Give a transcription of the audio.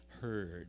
heard